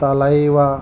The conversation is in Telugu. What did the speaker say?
తలైవా